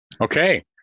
Okay